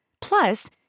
Plus